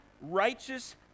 righteous